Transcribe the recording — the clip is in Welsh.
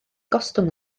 gostwng